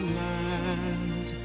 land